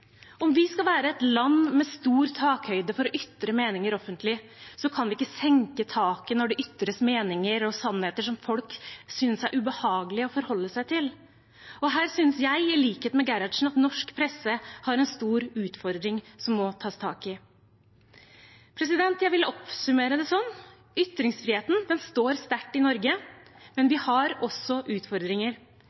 Om vi skal være et land med stor takhøyde for å ytre meninger offentlig, kan vi ikke senke taket når det ytres meninger og sannheter som folk synes er ubehagelige å forholde seg til. Her synes jeg, i likhet med Gerhardsen, at norsk presse har en stor utfordring som må tas tak i. Jeg vil oppsummere det sånn: Ytringsfriheten står sterkt i Norge, men vi har også utfordringer.